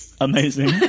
Amazing